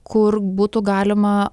kur būtų galima